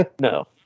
no